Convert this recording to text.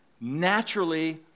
naturally